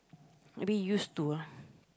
maybe used to